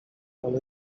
ale